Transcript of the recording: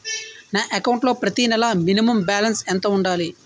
నా అకౌంట్ లో ప్రతి నెల మినిమం బాలన్స్ ఎంత ఉండాలి?